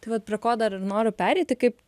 taip vat prie ko dar ir noriu pereiti kaip